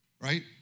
Right